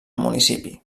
municipi